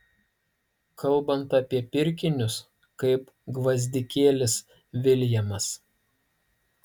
kalbant apie pirkinius kaip gvazdikėlis viljamas